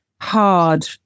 hard